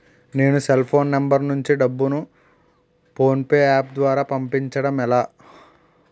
నేను cell phone number నుంచి డబ్బును ను ఫోన్పే అప్ ద్వారా పంపించడం ఎలా?